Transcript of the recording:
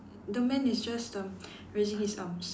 the man is just erm raising his arms